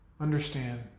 understand